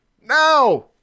now